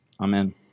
Amen